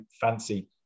fancy